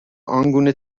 آنگونه